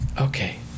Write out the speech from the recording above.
Okay